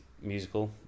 musical